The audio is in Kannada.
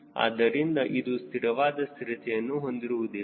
ಆದ್ದರಿಂದ ಇದು ಸ್ಥಿರವಾದ ಸ್ಥಿರತೆಯನ್ನು ಹೊಂದಿರುವುದಿಲ್ಲ